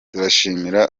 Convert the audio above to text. turashimira